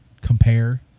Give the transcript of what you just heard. compare